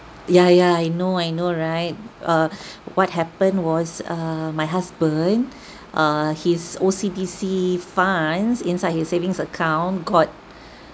ya ya I know I know right uh what happened was err my husband uh his O_C_B_C funds inside his savings account got